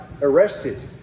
arrested